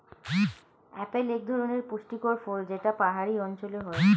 apple এক ধরনের পুষ্টিকর ফল যেটা পাহাড়ি অঞ্চলে হয়